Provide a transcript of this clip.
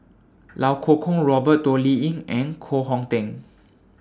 Iau Kuo Kwong Robert Toh Liying and Koh Hong Teng